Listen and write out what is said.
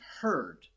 heard